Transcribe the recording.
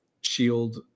shield